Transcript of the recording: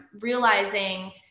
realizing